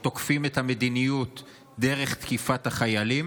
או תוקפים את המדיניות דרך תקיפת החיילים,